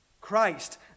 Christ